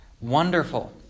wonderful